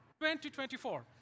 2024